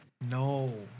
No